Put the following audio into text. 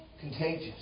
contagious